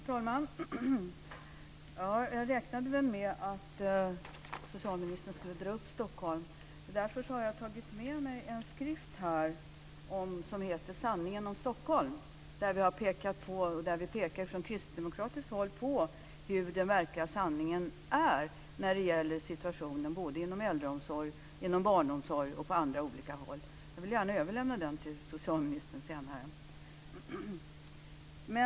Fru talman! Jag räknade med att socialministern skulle dra upp Stockholm. Därför har jag tagit med mig en skrift som heter Sanningen om Stockholm, där vi från kristdemokratiskt håll pekar på hur den verkliga sanningen är när det gäller situationen inom äldreomsorg, inom barnomsorg och på olika andra håll. Jag vill gärna överlämna den till socialministern senare.